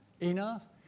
enough